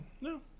No